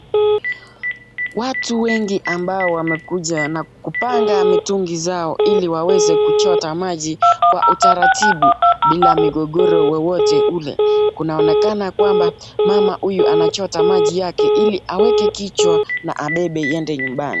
Watu wengi ambao wamekuja na kupanga mitungi zao ili waweze kuchota maji kwa utaratibu bila migogoro wowote ule, kunaonekana kwamba mama huyu anachota maji yale ili aweke kichwa abebe aende nyumbani.